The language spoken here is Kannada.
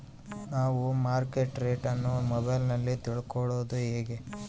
ನಾವು ಮಾರ್ಕೆಟ್ ರೇಟ್ ಅನ್ನು ಮೊಬೈಲಲ್ಲಿ ತಿಳ್ಕಳೋದು ಹೇಗೆ?